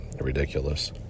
ridiculous